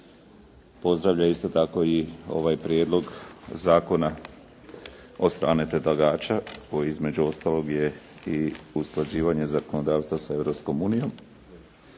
Pozdravlja isto tako i ovaj prijedlog zakona od strane predlagača koji između ostaloga i usklađivanje zakonodavstva sa